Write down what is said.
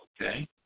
Okay